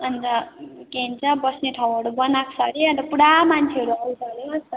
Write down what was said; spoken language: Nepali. अन्त के भन्छ बस्ने ठाउँहरू बनाएको अरे अन्त पुरा मान्छेहरू आउँछ अरे हौ आजकल त